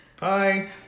Hi